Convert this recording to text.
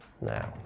Now